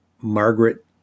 Margaret